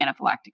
anaphylactic